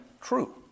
true